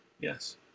Yes